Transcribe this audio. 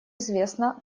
известно